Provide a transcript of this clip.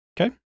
Okay